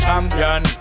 Champion